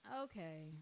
okay